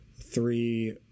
three